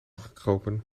gekropen